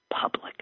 public